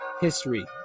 history